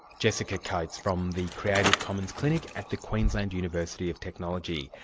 jessica coates, from the creative commons clinic at the queensland university of technology.